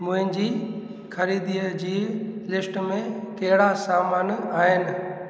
मुंहिंजी ख़रीदअ जी लिस्ट में कहिड़ा सामान आहिनि